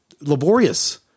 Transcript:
laborious